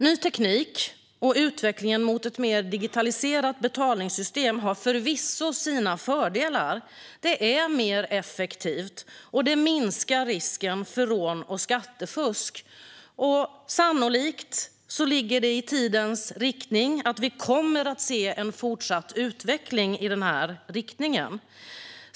Ny teknik och utvecklingen mot ett mer digitaliserat betalningssystem har förvisso sina fördelar. Det är mer effektivt och minskar risken för rån och skattefusk. Sannolikt kommer vi med tiden se en fortsatt utveckling i den riktningen.